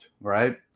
right